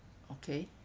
okay